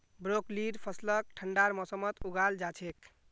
ब्रोकलीर फसलक ठंडार मौसमत उगाल जा छेक